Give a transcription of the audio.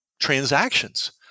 transactions